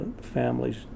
families